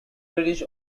reddish